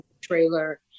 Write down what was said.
trailer